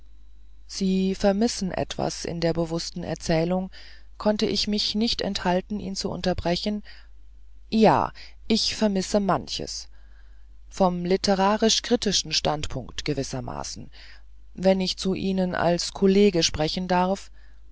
sie vermissen etwas in der bewußten erzählung konnte ich mich nicht enthalten ihn zu unterbrechen ja ich vermisse manches vom literarisch kritischen standpunkt gewissermaßen wenn ich zu ihnen als kollege sprechen darf